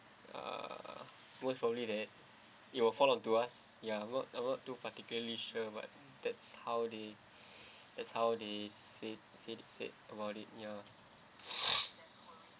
uh worst probably that it will fall onto us ya I'm not I'm not too particularly sure but that's how they that's how they said said said said about it ya